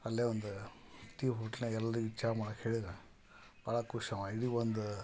ಅಲ್ಲೆ ಒಂದು ಹೋಟ್ಲಾಗೆ ಎಲ್ಲರಿಗೂ ಚಾ ಮಾಡಕ್ಕೆ ಹೇಳಿರೆ ಭಾಳ ಖುಷ್ ಅವ ಇಲ್ಲಿ ಒಂದು